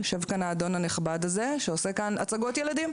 יושב כאן האדון הנכבד הזה שעושה כאן הצגות ילדים,